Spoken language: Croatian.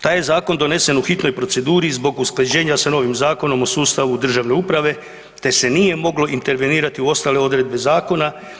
Taj je zakon donesen u hitnoj proceduri zbog usklađenja sa novim Zakonom o sustavu državne uprave te se nije moglo intervenirati u ostale odredbe zakona.